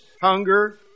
hunger